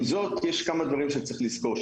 עם זאת יש כמה דברים שצריך לזכור.